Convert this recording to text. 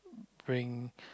bring